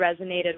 resonated